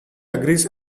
agrees